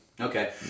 Okay